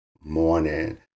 morning